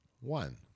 One